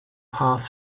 pass